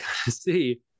see